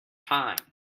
time